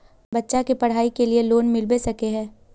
बच्चा के पढाई के लिए लोन मिलबे सके है?